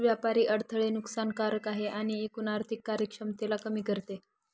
व्यापारी अडथळे नुकसान कारक आहे आणि एकूण आर्थिक कार्यक्षमतेला कमी करते